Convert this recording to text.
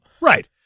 Right